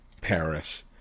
Paris